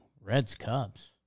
Reds-Cubs